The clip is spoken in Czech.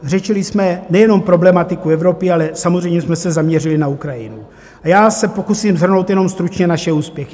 Řešili jsme nejenom problematiku Evropy, ale samozřejmě jsme se zaměřili na Ukrajinu a já se pokusím shrnout jenom stručně naše úspěchy.